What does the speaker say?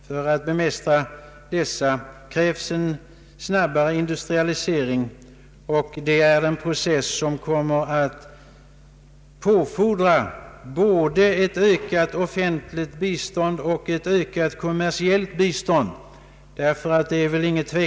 För att bemästra de sociala verkningarna av en sådan folkomflyttning krävs snabbare industrialisering i u-länderna. Det är en process som kommer att behöva ett ökat både offentligt och kommersiellt bistånd.